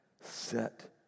set